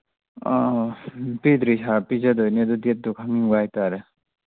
ꯑꯥ ꯄꯤꯗ꯭ꯔꯤ ꯁꯥꯔ ꯄꯤꯖꯗꯣꯏꯅꯤ ꯑꯗꯨ ꯗꯦꯠꯇꯨ ꯈꯪꯅꯤꯡꯕ ꯍꯥꯏ ꯇꯥꯔꯦ